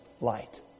light